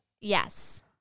Yes